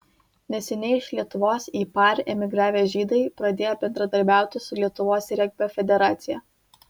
neseniai iš lietuvos į par emigravę žydai pradėjo bendradarbiauti su lietuvos regbio federacija